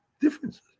differences